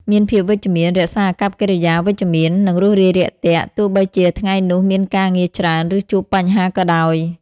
មានភាពវិជ្ជមាន រក្សាអាកប្បកិរិយាវិជ្ជមាន និងរួសរាយរាក់ទាក់ ទោះបីជាថ្ងៃនោះមានការងារច្រើន ឬជួបបញ្ហាក៏ដោយ។